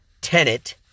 Tenet